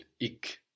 ik